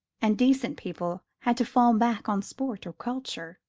and decent people had to fall back on sport or culture.